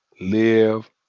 live